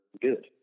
good